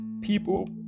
People